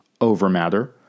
overmatter